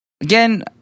Again